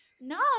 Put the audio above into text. No